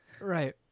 right